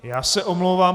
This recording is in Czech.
Já se omlouvám.